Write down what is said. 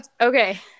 Okay